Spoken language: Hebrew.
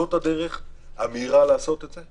זאת הדרך המהירה לעשות את זה.